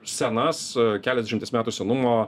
senas keliasdešimties metų senumo